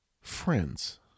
Friends